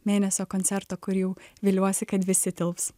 mėnesio koncerto kur jau viliuosi kad visi tilps